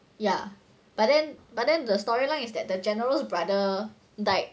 ya but then but then the storyline is that the general's brother died